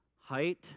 height